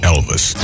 Elvis